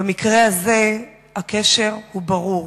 במקרה הזה הקשר הוא ברור.